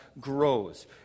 grows